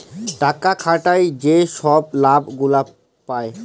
টাকা খাটায় যে ছব লাভ গুলা পায়